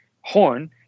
horn